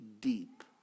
deep